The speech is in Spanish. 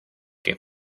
que